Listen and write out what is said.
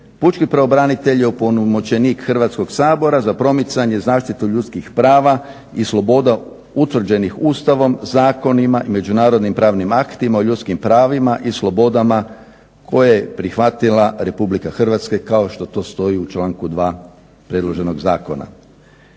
Pučki pravobranitelj je opunomoćenik Hrvatskog sabora za promicanje, zaštitu ljudskih prava i sloboda utvrđenih ustavom, zakonima i međunarodnim pravnim aktima o ljudskim pravima i slobodama koje je prihvatila RH kao što to stoji u članku 2. predloženog zakona.